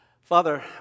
Father